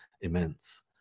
immense